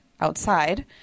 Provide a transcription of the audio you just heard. outside